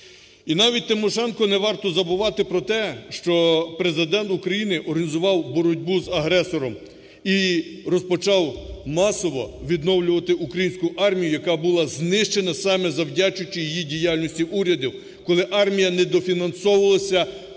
І навіть Тимошенко не варто забувати про те, що Президент України організував боротьбу з агресором і розпочав масово відновлювати українську армію, яка була знищена саме завдячуючи її діяльності уряду, коли армія недофінансовувалася,